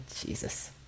Jesus